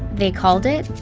they called it,